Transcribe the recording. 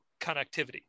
connectivity